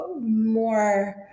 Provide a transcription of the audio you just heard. more